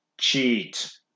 cheat